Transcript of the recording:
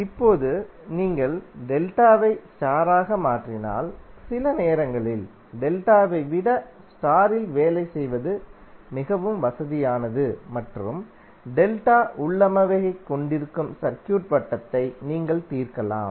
இப்போது நீங்கள் டெல்டாவை ஸ்டாராக மாற்றினால் சில நேரங்களில் டெல்டாவை விட ஸ்டாரில் வேலை செய்வது மிகவும் வசதியானது மற்றும் டெல்டா உள்ளமைவைக் கொண்டிருக்கும் சர்க்யூட் வட்டத்தை நீங்கள் தீர்க்கலாம்